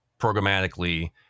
programmatically